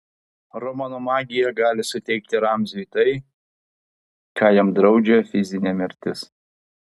romano magija gali suteikti ramziui tai ką jam draudžia fizinė mirtis